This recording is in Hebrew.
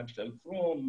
מג'ד אל כרום,